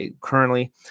currently